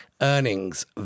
earnings